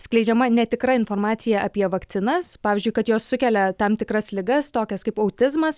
skleidžiama netikra informacija apie vakcinas pavyzdžiui kad jos sukelia tam tikras ligas tokias kaip autizmas